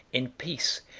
in peace,